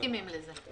מסכימים לזה.